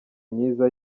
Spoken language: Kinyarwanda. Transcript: myiza